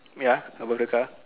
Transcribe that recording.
ya above the car